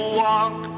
walk